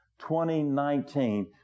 2019